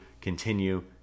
continue